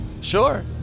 Sure